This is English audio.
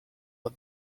but